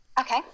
Okay